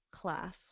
class